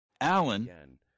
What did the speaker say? Alan